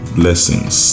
blessings